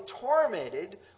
tormented